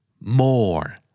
More